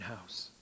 house